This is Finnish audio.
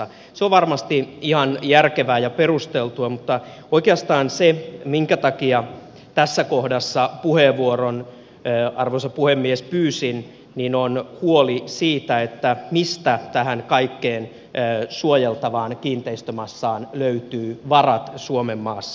se on varmasti ihan järkevää ja perusteltua mutta oikeastaan se minkä takia tässä kohdassa puheenvuoron arvoisa puhemies pyysin on huoli siitä mistä tähän kaikkeen suojeltavaan kiinteistömassaan löytyy varat suomenmaassa